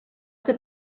que